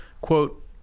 quote